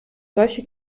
solche